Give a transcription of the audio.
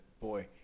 boy